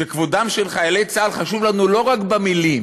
שכבודם של חיילי צה"ל חשוב לנו לא רק במילים